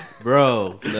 bro